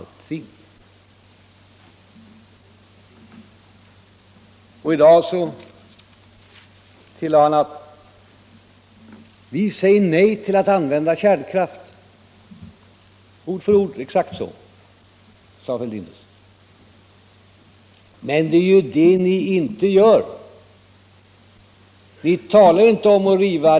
I dag tillade han: Vi säger nej till att använda kärnkraft. Exakt så — ord för ord — sade herr Fälldin nyss. Men det är ju det ni inte gör.